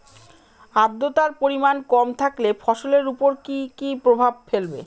আদ্রর্তার পরিমান কম থাকলে ফসলের উপর কি কি প্রভাব ফেলবে?